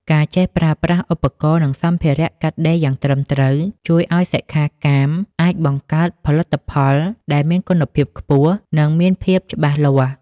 ការចេះប្រើប្រាស់ឧបករណ៍ និងសម្ភារៈកាត់ដេរយ៉ាងត្រឹមត្រូវ ជួយឱ្យសិក្ខាកាមអាចបង្កើតផលិតផលដែលមានគុណភាពខ្ពស់ និងមានភាពច្បាស់លាស់។